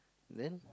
then